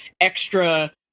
extra